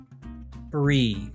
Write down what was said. breathe